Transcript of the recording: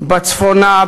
בצפונה,